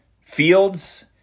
Fields